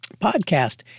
podcast